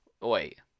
Wait